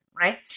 Right